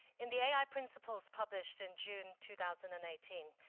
in the ai principles published in june two thousand and eighteen,